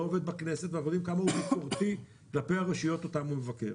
לא עובד בכנסת והדברים מופנים כלפי הרשויות אותן הוא מבקר.